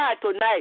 tonight